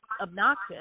obnoxious